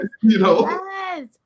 yes